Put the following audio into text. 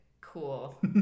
Cool